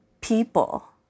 people